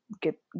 get